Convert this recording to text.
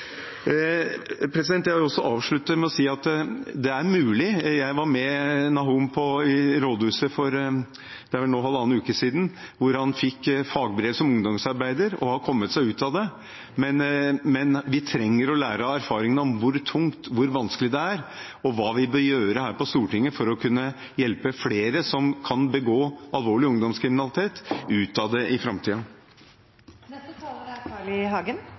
kapasitet. Jeg vil også avslutte med å si at det er mulig. Jeg var med Nahom på rådhuset for halvannen uke siden, der han fikk fagbrev som ungdomsarbeider. Han har kommet seg ut av det. Men vi trenger å lære av erfaringene om hvor tungt og vanskelig det er, og hva vi bør gjøre her på Stortinget for å kunne hjelpe flere som kan begå alvorlig ungdomskriminalitet, ut av det i